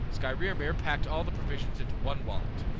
skrymir packed all the provisions into one wallet,